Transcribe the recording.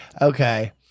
Okay